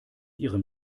ihrem